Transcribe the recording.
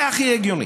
זה הכי הגיוני.